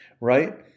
Right